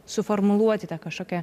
suformuluoti tą kažkokią